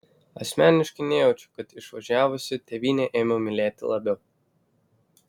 asmeniškai nejaučiu kad išvažiavusi tėvynę ėmiau mylėti labiau